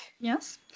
Yes